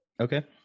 Okay